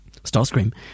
Starscream